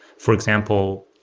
for example,